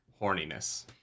Horniness